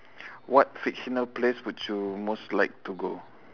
what fictional place would you most like to go